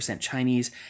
Chinese